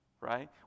right